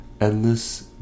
endless